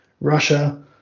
Russia